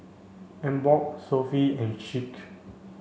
Emborg Sofy and Schick